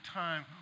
time